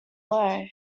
low